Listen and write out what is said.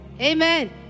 Amen